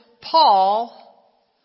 Paul